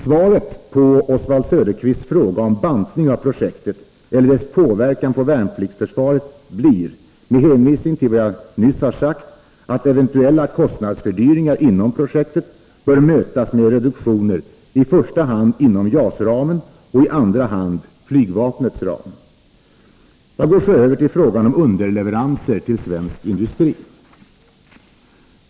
Svaret på Oswald Söderqvists fråga om bantning av projektet eller dess påverkan på värnpliktsförsvaret blir — med hänvisning till vad jag nyss har sagt — att eventuella kostnadsfördyringar inom projektet bör mötas med 125 reduktioner inom i första hand JAS-ramen och i andra hand flygvapnets ram. Jag går så över till frågan om underleveranser till svensk industri.